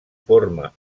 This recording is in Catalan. forma